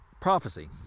prophecy